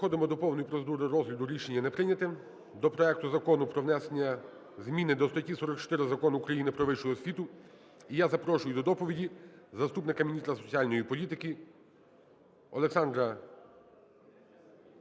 Переходимо до повної процедури розгляду (рішення не прийнято), до проекту про внесення зміни до статті 44 Закону України "Про вищу освіту". І я запрошую до доповіді заступника міністра соціальної політики. Олександра Ігорівна